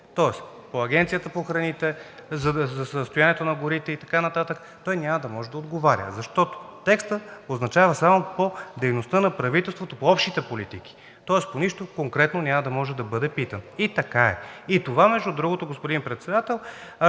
Тоест за Агенцията по храните, за състоянието на горите той няма да може да отговаря, защото текстът означава само по дейността на правителството по общите политики. Тоест по нищо конкретно няма да може да бъде питан. И така е. И това, между другото, господин Председател,